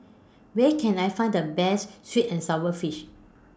Where Can I Find The Best Sweet and Sour Fish